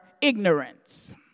ignorance